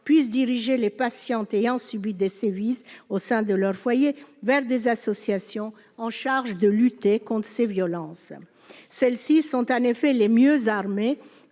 puissent diriger les patientes ayant subi des sévices au sein de leur foyer vers des associations en charge de lutter contre ces violences, celles-ci sont en effet les mieux armés